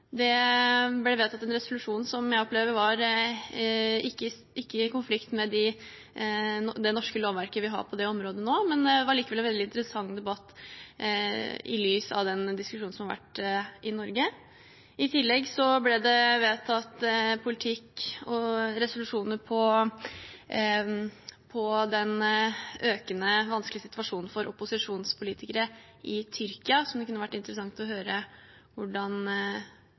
Det ble vedtatt en resolusjon som jeg opplever ikke var i konflikt med det norske lovverket vi nå har på det området. Det var likevel en veldig interessant debatt i lys av den diskusjonen som har vært i Norge. I tillegg ble det vedtatt politikk og resolusjoner med hensyn til den stadig vanskeligere situasjonen for opposisjonspolitikere i Tyrkia, som det kunne vært interessant å høre hvordan